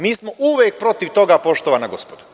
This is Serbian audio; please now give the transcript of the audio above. Mi smo uvek protiv toga, poštovana gospodo.